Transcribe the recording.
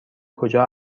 کجا